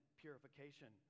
purification